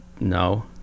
No